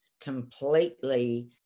completely